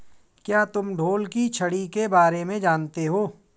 क्या तुम ढोल की छड़ी के बारे में जानते हो?